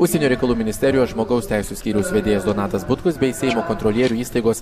užsienio reikalų ministerijos žmogaus teisių skyriaus vedėjas donatas butkus bei seimo kontrolierių įstaigos